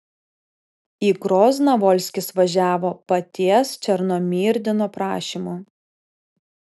į grozną volskis važiavo paties černomyrdino prašymu